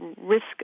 risk